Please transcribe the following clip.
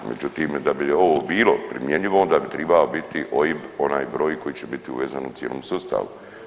Međutim, da bi ovo bilo primjenjivo onda bi tribao biti OIB onaj broj koji će biti uvezan u cijelom sustavu.